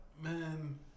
man